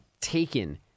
taken